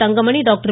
Thangamani doctor